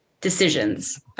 decisions